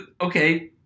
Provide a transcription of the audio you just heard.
Okay